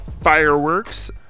fireworks